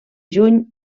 juny